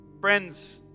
Friends